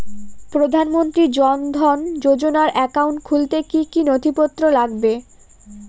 প্রধানমন্ত্রী জন ধন যোজনার একাউন্ট খুলতে কি কি নথিপত্র লাগবে?